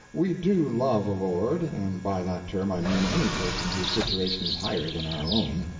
we do love a lord and by that term i mean any person whose situation is higher than our own.